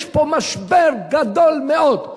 יש פה משבר גדול מאוד.